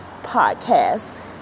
podcast